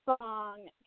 song